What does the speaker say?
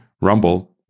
Rumble